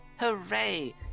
Hooray